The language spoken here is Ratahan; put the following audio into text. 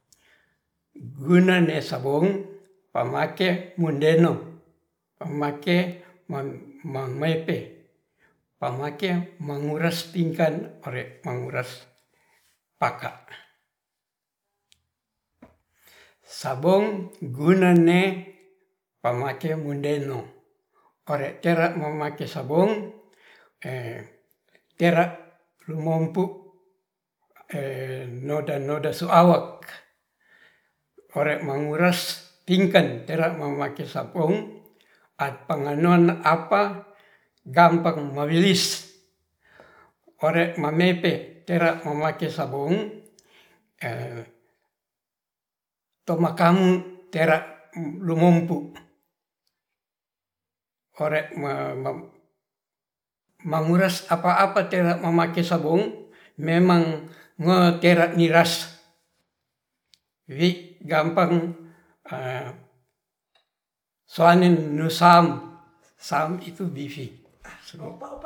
Gunane sabong pamake mundeno pamake mam-mamepe pamake manguras tingkan ore manguras paka, sabong guna ne pamake mundengo ore tera mamake sabong tera rumompu noda-noda suawok ore manguras pingkan tera mamake sabong ap panganona apa dampak mawilis ore mamepe tera mamake sabong tomakamu tera rumompu ore manguras apa-apa tera mamake sabong memang tera miras wi gampang suanen dusam sam